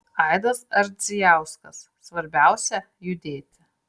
aidas ardzijauskas svarbiausia judėti